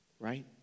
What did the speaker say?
Right